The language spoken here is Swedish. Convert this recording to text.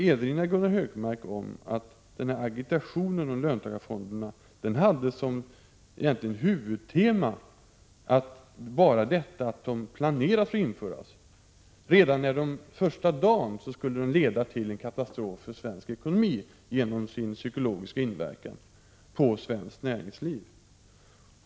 Jag vill då erinra om att agitationen mot löntagarfonderna egentligen hade som huvudtema att redan planeringen för deras införande var något negativt och vidare att de redan första dagen skulle leda till en katastrof för svensk ekonomi genom sin psykologiska inverkan på svenskt näringsliv.